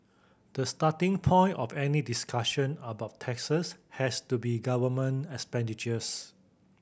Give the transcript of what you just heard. the starting point of any discussion about taxes has to be government expenditures